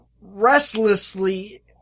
restlessly